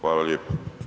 Hvala lijepo.